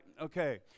okay